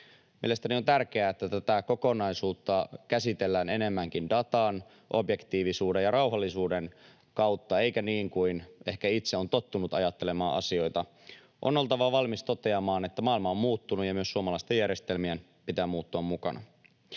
Mielestäni on tärkeää, että tätä kokonaisuutta käsitellään enemmänkin datan, objektiivisuuden ja rauhallisuuden kautta, eikä niin kuin ehkä itse on tottunut ajattelemaan asioita. On oltava valmis toteamaan, että maailma on muuttunut ja myös suomalaisten järjestelmien pitää muuttua mukana.